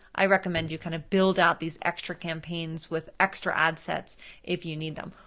i recommend you kind of build out these extra campaigns with extra ad sets if you need them.